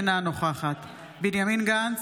אינה נוכחת בנימין גנץ,